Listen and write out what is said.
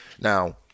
now